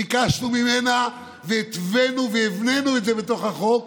ביקשנו ממנה, והתווינו והבנינו את זה בתוך החוק,